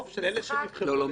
רוב של אלה שנבחרו --- לא לא,